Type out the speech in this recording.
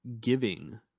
giving